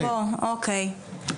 אוקיי.